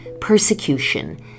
persecution